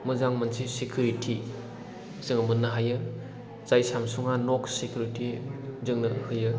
मोजां मोनसे सिकिउरिटि जोङो मोननो हायो जाय सामसं आ न'क्स सिकिउरिटि जोंनो होयो